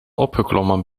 opgeklommen